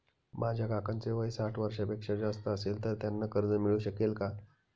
माझ्या काकांचे वय साठ वर्षांपेक्षा जास्त असेल तर त्यांना कर्ज मिळू शकेल का?